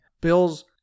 Bills